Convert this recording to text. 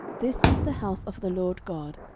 this is the house of the lord god,